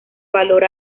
valor